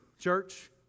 church